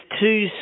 two